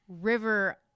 river